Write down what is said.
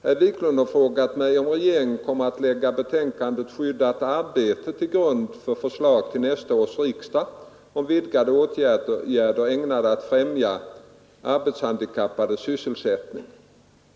Herr Wiklund har frågat mig, om regeringen kommer att lägga betänkandet Skyddat arbete till grund för förslag till nästa års riksdag om vidgade åtgärder ägnade att främja arbetshandikappades sysselsättning.